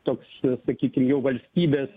toks sakykim jau valstybės